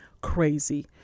crazy